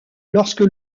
lorsque